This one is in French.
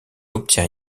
obtient